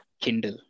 Kindle